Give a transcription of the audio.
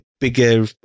bigger